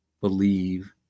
believe